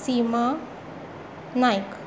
Sima Naik